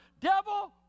Devil